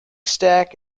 stack